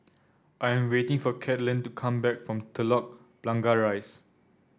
I am waiting for Caitlin to come back from Telok Blangah Rise